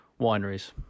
wineries